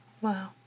Wow